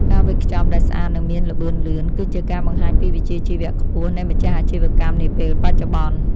ការវេចខ្ចប់ដែលស្អាតនិងមានល្បឿនលឿន គឺជាការបង្ហាញពីវិជ្ជាជីវៈខ្ពស់នៃម្ចាស់អាជីវកម្មនាពេលបច្ចុប្បន្ន។